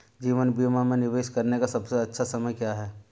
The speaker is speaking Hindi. जीवन बीमा में निवेश करने का सबसे अच्छा समय क्या है?